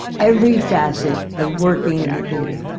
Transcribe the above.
every facet of working in the theatre.